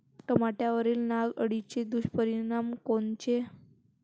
टमाट्यावरील नाग अळीचे दुष्परिणाम कोनचे?